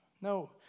No